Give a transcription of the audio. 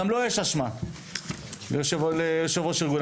לו יש אשמה ליושב ראש ארגון המורים.